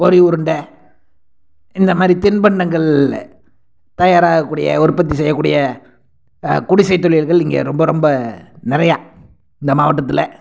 பொரிஉருண்டை இந்தமாதிரி தின்பண்டங்கள் தயாராகக்கூடிய உற்பத்தி செய்யக்கூடிய குடிசை தொழில்கள் இங்கே ரொம்ப ரொம்ப நிறையா இந்த மாவட்டத்தில்